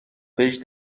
بهش